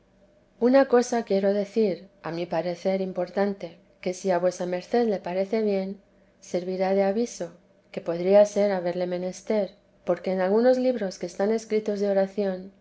una cosa quiero decir a mi parecer importante que si a vuesa merced le parece bien servirá de aviso que podría ser haberle menester porque en algunos libros que están escritos de oración